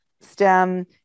stem